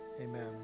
amen